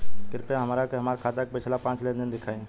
कृपया हमरा के हमार खाता के पिछला पांच लेनदेन देखाईं